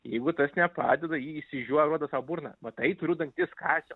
jeigu tas nepadeda ji išsižioja rodo savo burną matai turiu dantis kąsiu